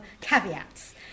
caveats